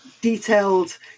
detailed